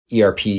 ERP